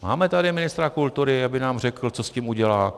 Máme tady ministra kultury, aby nám řekl, co s tím udělá?